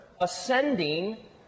ascending